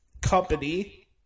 company